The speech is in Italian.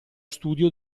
studio